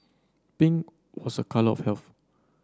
pink was a colour of health